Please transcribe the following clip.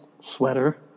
sweater